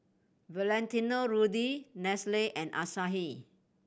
Valentino Rudy Nestle and Asahi